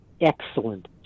excellent